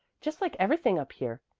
just like everything up here.